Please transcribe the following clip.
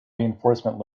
reinforcement